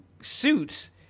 suits